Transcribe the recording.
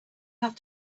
have